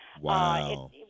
Wow